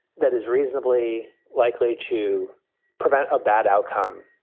that is reasonably likely to prevent a bad outcome.